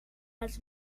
els